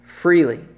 freely